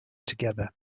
together